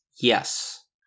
Yes